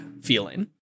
feeling